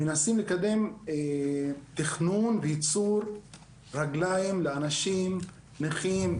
אנחנו מנסים לקדם תכנון וייצור רגלים לאנשים נכים,